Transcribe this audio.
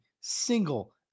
single